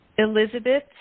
Elizabeth